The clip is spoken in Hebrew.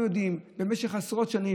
שבמשך עשרות שנים,